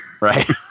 Right